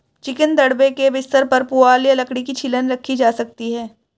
chicken दड़बे के बिस्तर पर पुआल या लकड़ी की छीलन रखी जा सकती है